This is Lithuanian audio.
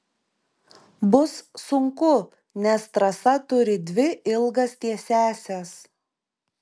bus sunku nes trasa turi dvi ilgas tiesiąsias